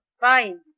Fine